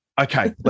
Okay